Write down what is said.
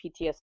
PTSD